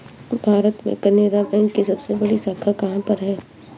भारत में केनरा बैंक की सबसे बड़ी शाखा कहाँ पर है?